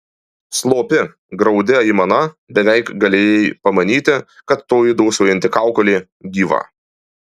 slopi graudi aimana beveik galėjai pamanyti kad toji dūsaujanti kaukolė gyva